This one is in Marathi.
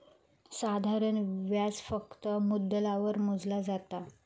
साधारण व्याज फक्त मुद्दलावर मोजला जाता